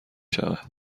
شود